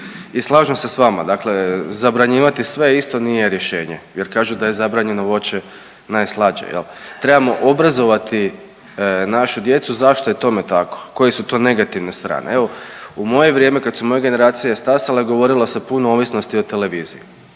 I slažem se sa vama. Dakle, zabranjivati sve isto nije rješenje, jer kažu da je zabranjeno voće najslađe. Jel'? Trebamo obrazovati našu djecu. Zašto je tome tako? Koje su to negativne strane. Evo u moje vrijeme kad su moje generacije stasale govorilo se puno o ovisnosti o televiziji,